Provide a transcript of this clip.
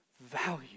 value